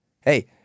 Hey